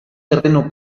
terreno